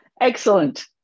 Excellent